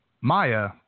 Maya